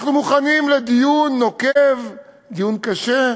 אנחנו מוכנים לדיון נוקב, דיון קשה,